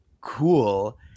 cool